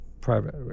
private